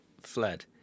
fled